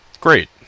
Great